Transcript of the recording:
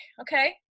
okay